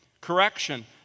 Correction